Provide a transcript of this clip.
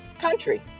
country